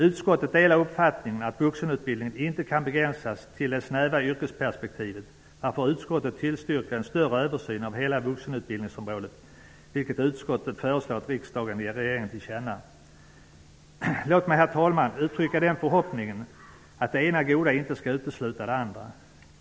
Utskottet delar uppfattningen att vuxenutbildningen inte kan begränsas till det snäva yrkesperspektivet, varför utskottet tillstyrker en större översyn av hela vuxenutbildningsområdet, vilket utskottet föreslår att riksdagen ger regeringen till känna. Låt mig, herr talman, uttrycka den förhoppningen att det ena goda inte skall utesluta det andra.